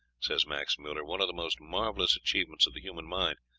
says max muller, one of the most marvellous achievements of the human mind,